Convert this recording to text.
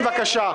בבקשה,